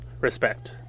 respect